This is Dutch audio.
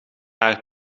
haar